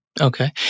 Okay